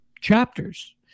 chapters